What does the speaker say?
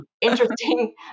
Interesting